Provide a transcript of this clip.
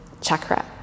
chakra